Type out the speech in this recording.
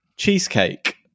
cheesecake